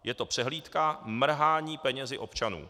Je to přehlídka mrhání penězi občanů.